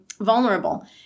vulnerable